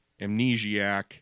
Amnesiac